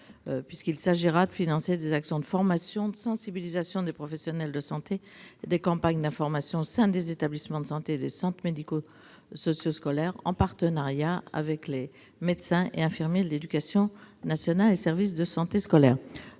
Il s'agira ainsi de financer des actions de formation et de sensibilisation des professionnels de santé et des campagnes d'information au sein des établissements de santé et des centres médico-sociaux scolaires, en partenariat avec les médecins et infirmiers de l'éducation nationale et les services de santé scolaire.